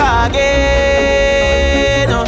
again